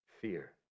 fear